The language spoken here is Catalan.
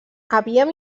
havíem